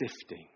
sifting